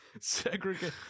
Segregate